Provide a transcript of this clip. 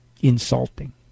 insulting